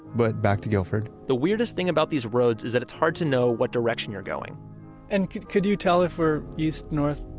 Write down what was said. but back to guilford the weirdest thing about these roads is that it's hard to know what direction you're going and could could you tell if we're east, north,